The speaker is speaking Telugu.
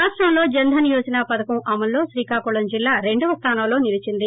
రాష్రంలో జన్ ధన్ యోజనా పథకం అమల్లో శ్రీకాకుళం జిల్లా రెండవ స్థానంలో నిలిచింది